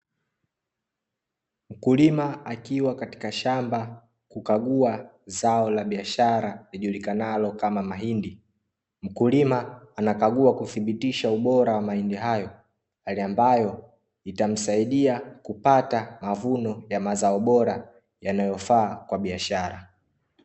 Mkulima akiwa katika shamba kukagua zao la biashara lijulikanalo kama mahindi, mkulima anakagua kuthibitisha ubora wa mahindi hayo hali ambayo itamsaidia kupata mavuno ya mazao bora yanayofaa kwa biashara.